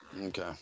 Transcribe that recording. Okay